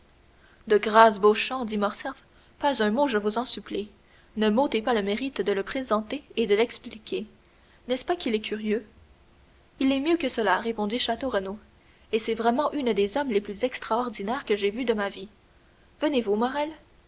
de grâce beauchamp dit morcerf pas un mot je vous en supplie ne m'ôtez pas le mérite de le présenter et de l'expliquer n'est-ce pas qu'il est curieux il est mieux que cela répondit château renaud et c'est vraiment un des hommes les plus extraordinaires que j'aie vus de ma vie venez-vous morrel